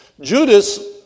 Judas